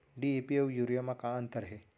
DAP अऊ urea म का अंतर हे?